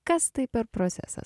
kas tai per procesas